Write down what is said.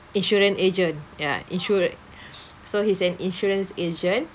insurance agent ya insuran~ so he's an insurance agent